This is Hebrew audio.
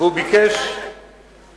והוא ביקש